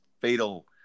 fatal